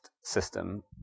system